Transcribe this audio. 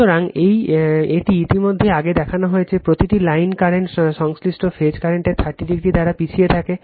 সুতরাং এটি ইতিমধ্যেই আগে দেখানো হয়েছে প্রতিটি লাইন কারেন্ট সংশ্লিষ্ট ফেজ কারেন্টের 30o দ্বারা পিছিয়ে থাকে